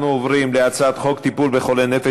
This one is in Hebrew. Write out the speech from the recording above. אנחנו עוברים להצעת חוק טיפול בחולי נפש